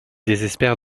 désespère